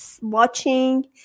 watching